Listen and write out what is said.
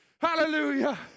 Hallelujah